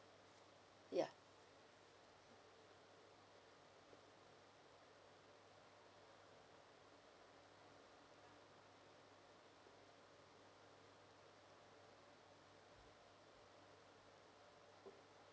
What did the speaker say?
ya uh